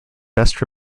best